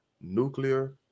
nuclear